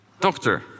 Doctor